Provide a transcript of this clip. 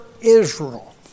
Israel